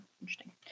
Interesting